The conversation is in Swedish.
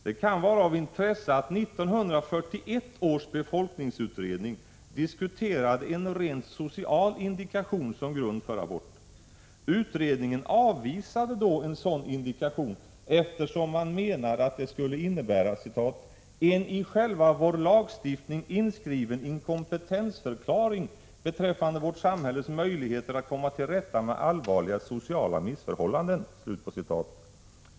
Det kan vara av intresse att 1941 års befolkningsutredning diskuterade en rent social indikation som grund för abort. Utredningen avvisade då en sådan indikation eftersom man menade att det skulle innebära ”en i själva vår lagstiftning inskriven inkompetensförklaring beträffande vårt samhälles möjligheter att komma till rätta med allvarliga sociala missförhållanden”.